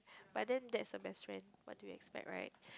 but then that's her best friend what do you expect right